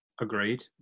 Agreed